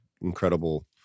incredible